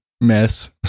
mess